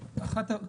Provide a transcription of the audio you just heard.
בעניין התרגום לעברית.